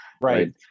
right